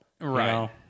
Right